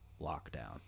lockdown